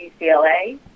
UCLA